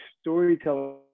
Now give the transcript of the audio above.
storytelling